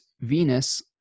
Venus